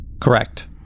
Correct